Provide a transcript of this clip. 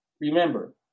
remember